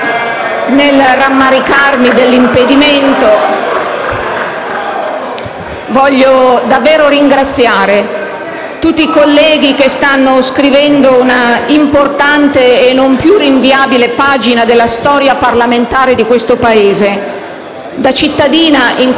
voglio davvero ringraziare tutti i colleghi che stanno scrivendo una importante e non più rinviabile pagina della storia parlamentare di questo Paese. *(Brusio. Richiami del Presidente).* Da cittadina, in questo fine legislatura, voglio esprimervi una gratitudine sincera per